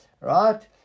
right